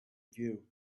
view